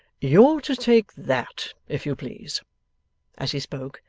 you're to take that, if you please as he spoke,